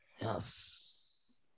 yes